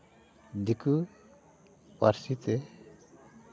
ᱫᱤᱠᱩ ᱯᱟᱹᱨᱥᱤ ᱛᱮ